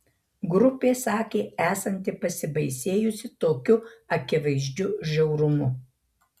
grupė sakė esanti pasibaisėjusi tokiu akivaizdžiu žiaurumu